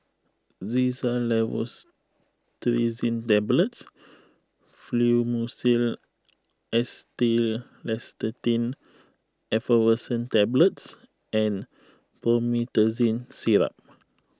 Xyzal Levocetirizine Tablets Fluimucil Acetylcysteine Effervescent Tablets and Promethazine Syrup